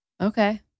Okay